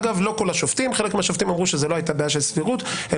העובדה שנתנו את הכספים למיגון,